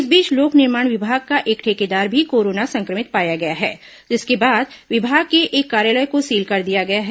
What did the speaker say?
इस बीच लोक निर्माण विभाग का एक ठेकेदार भी कोरोना संक्रमित पाया गया है जिसके बाद विभाग के एक कार्यालय को सील कर दिया गया है